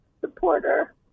supporter